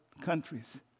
countries